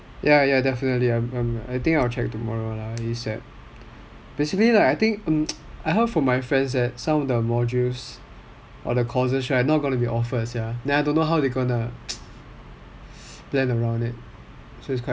ya ya definitely I think I'll check tomorrow ASAP basically like I think um I heard from my friends that some of the modules or the courses are not going to be offered sia then I don't know how they're gonna plan around it so it's quite tricky